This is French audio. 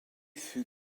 fut